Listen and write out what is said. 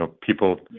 people